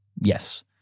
Yes